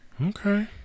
Okay